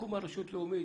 תקום הרשות הלאומית.